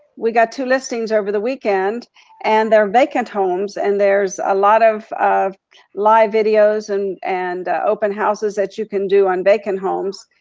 we got two listings over the weekend and they're vacant homes, and there's a lot of of live videos and and open houses that you can do on vacant homes,